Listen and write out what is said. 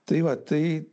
tai va tai